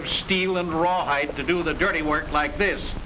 of steel and rawhide to do the dirty work like this